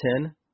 ten